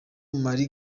marie